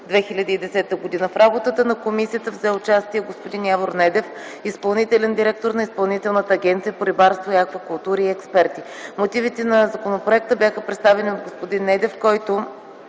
2010 г. В работата на комисията взе участие господин Явор Недев – изпълнителен директор на Изпълнителната агенция по рибарство и аквакултури и експерти. Мотивите по законопроекта бяха представени от господин Недев, който